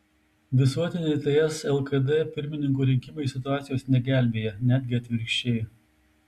visuotiniai ts lkd pirmininko rinkimai situacijos negelbėja netgi atvirkščiai